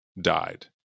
died